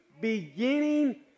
beginning